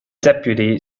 deputy